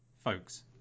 folks